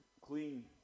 clean